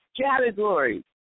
categories